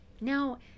Now